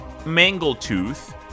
Mangletooth